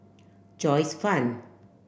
Joyce Fan